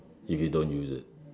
if you don't use it